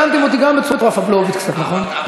ואתם תיקנתם גם אותי בצורה פבלובית קצת, נכון?